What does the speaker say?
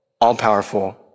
all-powerful